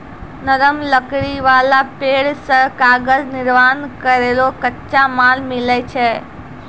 नरम लकड़ी वाला पेड़ सें कागज निर्माण केरो कच्चा माल मिलै छै